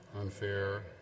unfair